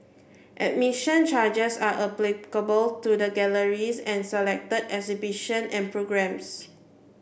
admission charges are applicable to the galleries and selected exhibitions and programmes